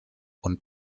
und